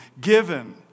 given